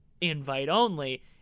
invite-only